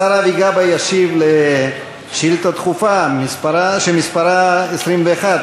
השר אבי גבאי ישיב על שאילתה דחופה שמספרה 21,